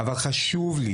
אבל חשוב לי